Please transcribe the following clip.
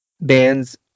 bands